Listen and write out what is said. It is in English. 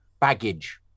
Baggage